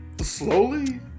slowly